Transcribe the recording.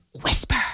Whisper